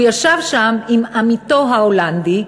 הוא ישב שם עם עמיתו ההולנדי,